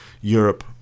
Europe